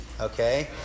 Okay